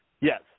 Yes